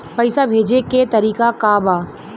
पैसा भेजे के तरीका का बा?